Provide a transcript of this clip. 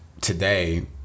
today